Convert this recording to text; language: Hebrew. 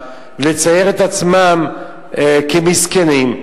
לצייר את עצמם כמסכנים.